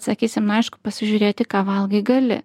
sakysim aišku pasižiūrėti ką valgai gali